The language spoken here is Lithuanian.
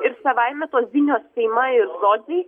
ir savaime tos zinios seima ir žodziai